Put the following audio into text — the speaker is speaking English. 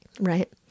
right